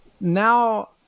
now